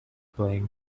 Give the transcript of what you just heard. playing